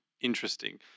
interesting